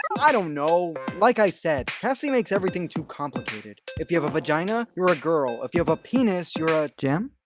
i don't know. like i said, cassie makes everything too complicated. if you have a vagina, you're a girl. if you have a penis, you're a jim?